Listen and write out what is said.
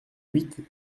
huit